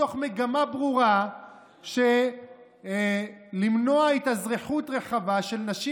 מתוך מגמה ברורה למנוע התאזרחות רחבה של נשים